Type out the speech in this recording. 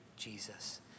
Jesus